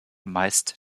meist